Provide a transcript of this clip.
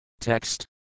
Text